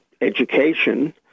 education